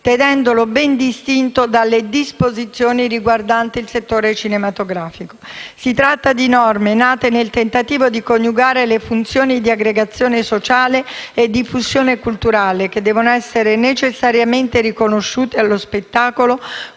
tenendolo ben distinto dalle disposizioni riguardanti il settore cinematografico. Si tratta di norme nate nel tentativo di coniugare le funzioni di aggregazione sociale e diffusione culturale che devono essere necessariamente riconosciute allo spettacolo